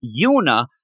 Yuna